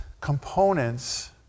components